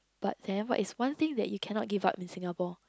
but then what is one thing that you cannot give up in Singapore